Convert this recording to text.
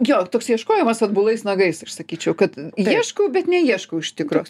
jo toks ieškojimas atbulais nagais aš sakyčiau kad ieškau bet neieškau iš tikro